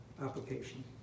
application